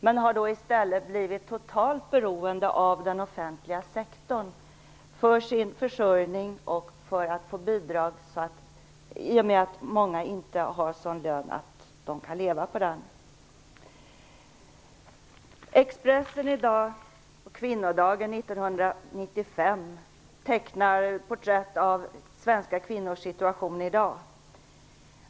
Men de har då i stället blivit totalt beroende av den offentliga sektorn för sin försörjning och för att få bidrag i och med att många inte har en sådan lön att de kan leva på den. På kvinnodagen i dag 1995 beskriver man i Expressen svenska kvinnors situation.